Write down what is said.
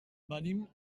venim